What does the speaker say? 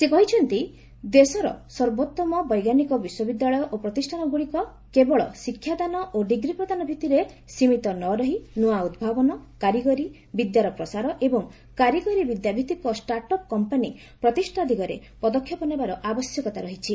ସେ କହିଛନ୍ତି ଦେଶର ସର୍ବୋତ୍ତମ ବୈଜ୍ଞାନିକ ବିଶ୍ୱବିଦ୍ୟାଳୟ ଓ ପ୍ରତିଷ୍ଠାନ ଗୁଡ଼ିକ କେବଳ ଶିକ୍ଷାଦାନ ଓ ଡିଗ୍ରୀ ପ୍ରଦାନ ଭିତରେ ସୀମିତ ନରହି ନୂଆ ଉଦ୍ଭାବନ କାରିଗରୀ ବିଦ୍ୟାର ପ୍ରସାର ଏବଂ କାରିଗରୀ ବିଦ୍ୟାଭିତ୍ତିକ ଷ୍ଟାର୍ଟଅପ୍ କମ୍ପାନୀ ପ୍ରତିଷ୍ଠା ଦିଗରେ ପଦକ୍ଷେପ ନେବାର ଆବଶ୍ୟକତା ରହିଛି